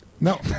No